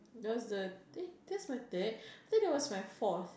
just the day that's my third I thought that was my forth